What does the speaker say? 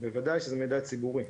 בוודאי שזה מידע ציבורי,